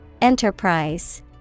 Enterprise